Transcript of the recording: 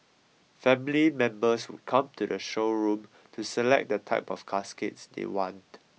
family members would come to the showroom to select the type of caskets they want